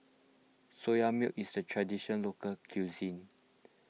Soya Milk is a tradition local cuisine